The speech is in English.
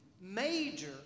major